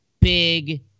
big